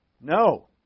No